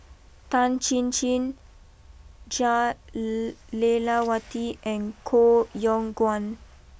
Tan Chin Chin Jah Lelawati and Koh Yong Guan